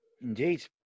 Indeed